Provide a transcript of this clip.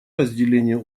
разделению